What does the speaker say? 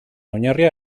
oinarria